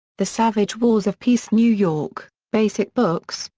the savage wars of peace new york, basic books,